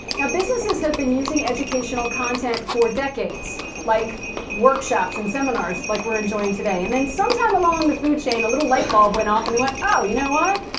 now businesses have been using educational content for decades, like workshops and seminars, like we're enjoying today. and then sometime along the food chain a little light bulb went off and went, oh you know what?